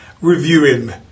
reviewing